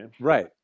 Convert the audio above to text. Right